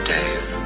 Dave